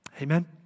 Amen